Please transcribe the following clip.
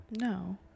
No